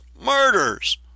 murders